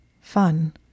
Fun